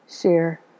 share